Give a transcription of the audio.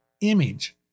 image